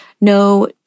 No